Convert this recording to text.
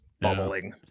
bubbling